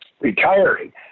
retiring